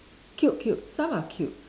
cute cute some are cute